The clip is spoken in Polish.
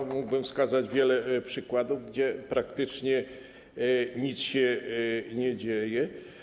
Bo ja mógłbym wskazać wiele przykładów, gdzie praktycznie nic się nie dzieje.